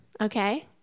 okay